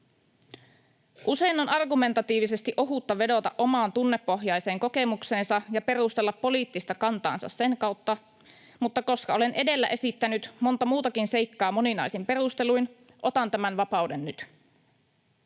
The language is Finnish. Usein on argumentatiivisesti ohutta vedota omaan tunnepohjaiseen kokemukseensa ja perustella poliittista kantaansa sen kautta, mutta koska olen edellä esittänyt monta muutakin seikkaa moninaisin perusteluin, otan tämän vapauden nyt.